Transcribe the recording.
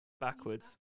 Backwards